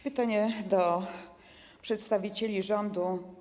Pytanie do przedstawicieli rządu.